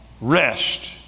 rest